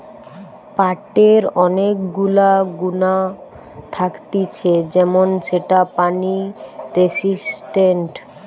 পাটের অনেক গুলা গুণা থাকতিছে যেমন সেটা পানি রেসিস্টেন্ট